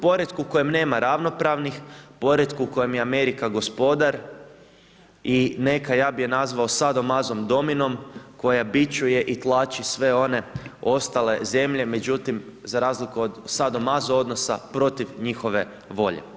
Poretku kojem nema ravnopravnih, poretku u kojem je Amerika gospodar i neka, ja bi ju nazvao sado mazo dominom, koja bičuje i tlači sve one ostale zemlje, međutim, za razliku od sado mazo odnosa, protiv njihove volje.